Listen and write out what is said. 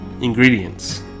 Ingredients